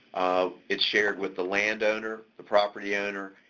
it's shared with the landowner, the property owner,